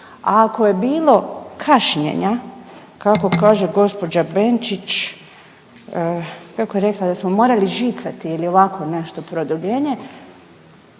A ako je bilo kašnjenja kako kaže gospođa Benčić, kako je rekla da smo morali žicati ili ovako nešto produljenje,